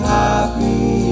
happy